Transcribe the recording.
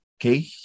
okay